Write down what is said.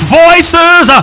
voices